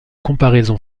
comparaison